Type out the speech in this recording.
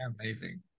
Amazing